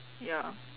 ya